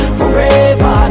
forever